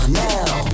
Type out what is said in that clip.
now